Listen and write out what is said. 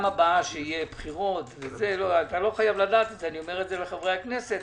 הבאה שיהיו בחירות אני אומר את זה לחברי הכנסת